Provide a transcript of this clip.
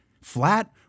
flat